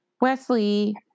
Wesley